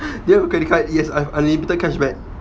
do you have a credit card yes I've unlimited cashback